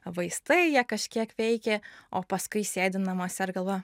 vaistai jie kažkiek veikė o paskui sėdi namuose ir galvoji